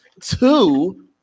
Two